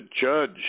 judge